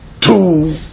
two